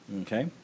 Okay